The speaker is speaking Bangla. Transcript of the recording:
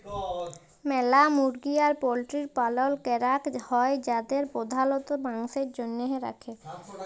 ম্যালা মুরগি আর পল্ট্রির পালল ক্যরাক হ্যয় যাদের প্রধালত মাংসের জনহে রাখে